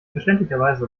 verständlicherweise